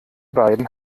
beiden